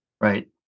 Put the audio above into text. Right